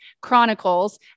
Chronicles